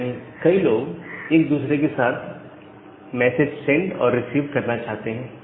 यानी कई लोग एक दूसरे के साथ मैसेज सेंड और रिसीव करना चाहते हैं